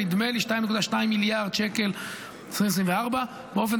נדמה לי ש-2.2 מיליארד שקל תקציב 2024. באופן